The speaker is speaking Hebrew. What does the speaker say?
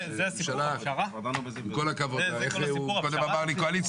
ממשלה, עם כל הכבוד, איך קודם אמר לי קואליציה?